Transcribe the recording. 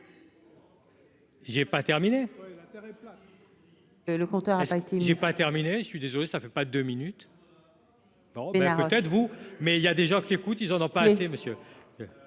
J'ai pas terminé, je suis désolé, ça ne fait pas de minutes, bon c'est peut-être vous, mais il y a des gens qui écoutent, ils en ont pas assez